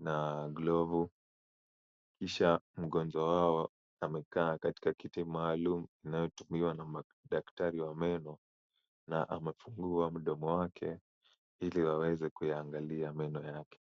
na glavu ,kisha mgonjwa wao amekaa katika kiti maalum inayotumiwa na madaktari wa meno ,na amefungua mdomo wake ili waweze kuyaangalia meno yake.